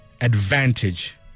advantage